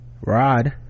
Rod